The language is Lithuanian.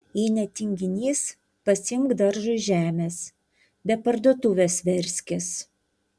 jei ne tinginys pasiimk daržui žemės be parduotuvės verskis